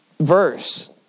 verse